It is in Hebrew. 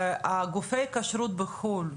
גופי כשרות בחו"ל,